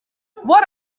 what